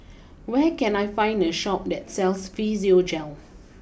where can I find a Shop that sells Physiogel